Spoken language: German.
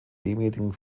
demjenigen